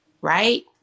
right